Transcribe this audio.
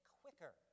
quicker